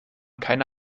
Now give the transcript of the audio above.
keine